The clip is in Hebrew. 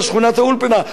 על שכונת-האולפנה,